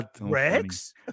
Rex